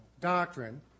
doctrine